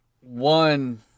One